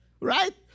Right